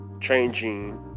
changing